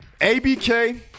ABK